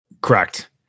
Correct